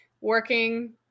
working